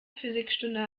physikstunde